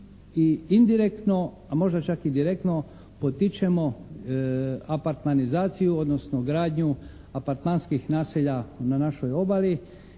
i indirektno, a možda čak i direktno potičemo apartmanizaciju, odnosno gradnju apartmanskih naselja na našoj obali